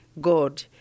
God